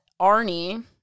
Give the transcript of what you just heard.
Arnie